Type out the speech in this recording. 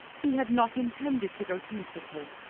he had not intended to go to mistletoe,